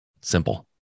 simple